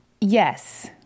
Yes